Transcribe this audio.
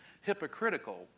hypocritical